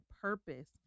purpose